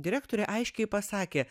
direktorė aiškiai pasakė